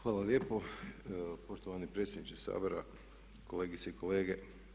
Hvala lijepo poštovani predsjedniče Sabora, kolegice i kolege.